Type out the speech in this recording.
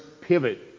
pivot